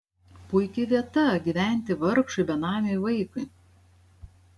puiki vieta gyventi vargšui benamiui vaikui